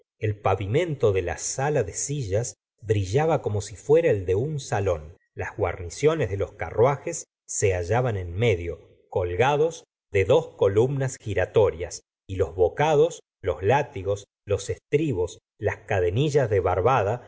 el pavimento de la sala de sillas brillaba como si fuera el de un salón las guarniciones de los carruajes se hallaban en medio colgados de dos columnas giratorias y los bocados los látigos los estribos las cadenillas de barbada